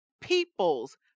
people's